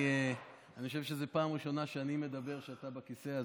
אני חושב שזו פעם ראשונה שאני מדבר כשאתה בכיסא,